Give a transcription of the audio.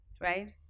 right